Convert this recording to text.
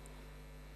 אותה.